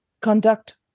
conduct